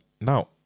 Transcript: Now